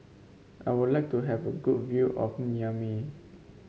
I would like to have a good view of Niamey